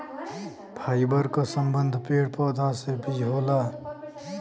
fibre क संबंध पेड़ पौधा से भी होला